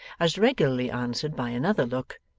as regularly answered by another look,